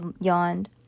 yawned